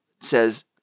says